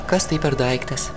kas tai per daiktas